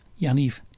Yaniv